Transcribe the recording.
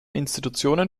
institutionen